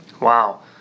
Wow